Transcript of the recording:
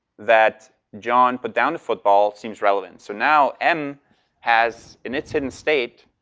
that john put down the football seems relevant. so now m has, in its hidden state,